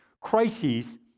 crises